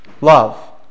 Love